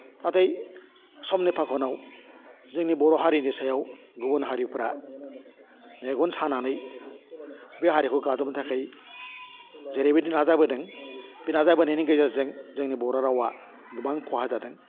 नाथाय समनि फाखनाव जोंनि बर' हारिनि सायाव गुबुन हारिफोरा मेगन सानानै बे हारिखौ गादबनो थाखाय जेरैबायदि नाजाबोदों बे नाजा बोनायनि गेजेरजों जोंनि बर' रावा गोबां खहा जादों